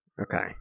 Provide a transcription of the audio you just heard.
Okay